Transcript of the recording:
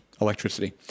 electricity